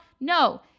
No